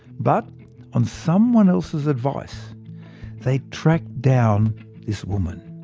but on someone else's advice they tracked down this woman.